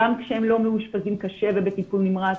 גם כשהם לא מאושפזים קשה ובטיפול נמרץ,